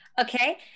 Okay